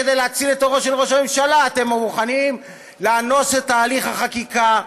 כדי להציל את עורו של ראש הממשלה אתם מוכנים לאנוס את תהליך החקיקה,